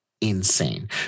insane